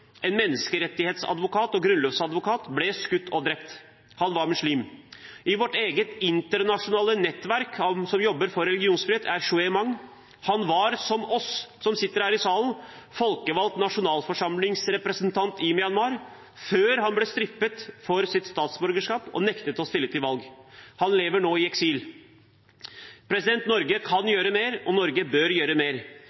en menneskerettighetsadvokat og grunnlovsadvokat, ble skutt og drept. Han var muslim. I vårt eget internasjonale nettverk som jobber for religionsfrihet, er Shwe Maung. Han var – som vi som sitter her i salen – folkevalgt nasjonalforsamlingsrepresentant i Myanmar før han ble strippet for sitt statsborgerskap og nektet å stille til valg. Han lever nå i eksil. Norge kan